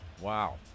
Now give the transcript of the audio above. Wow